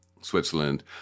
Switzerland